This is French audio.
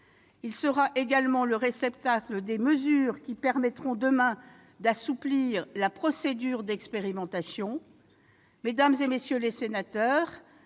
Il sera également le réceptacle des mesures qui permettront, demain, d'assouplir la procédure d'expérimentation. Mesdames, messieurs les sénateurs,